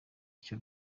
cyo